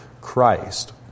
Christ